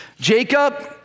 Jacob